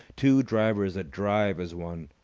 two drivers that drive as one.